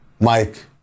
Mike